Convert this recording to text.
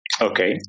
Okay